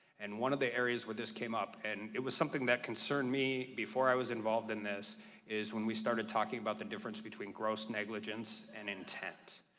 and one of the areas where this came up and it was something that concerned me before i was involved in this is when we started talking about the difference between gross negligence and intense.